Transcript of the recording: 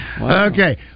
Okay